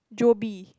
Joby